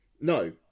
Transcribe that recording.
no